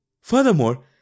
Furthermore